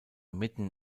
mitten